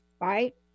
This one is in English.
right